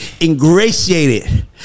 ingratiated